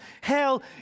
Hell